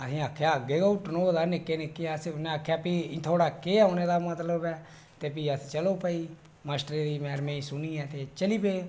असें अग्गै गै हुट्टन होए दा ऐ निक्के निक्के अस उनें आखेआ फ्ही थुआढ़ा केह् औने दा मतलब ऐ ते फ्ही अस चलो भाई मास्टरे दी नेईं सुनी चली पे